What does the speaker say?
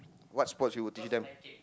what sports you would teach them